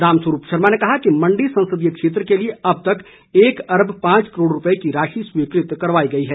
रामस्वरूप शर्मा ने कहा कि मण्डी संसदीय क्षेत्र के लिए अब तक एक अरब पांच करोड़ की रूपए की राशि स्वीकृत करवाई गई है